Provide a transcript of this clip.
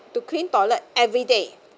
to clean toilet everyday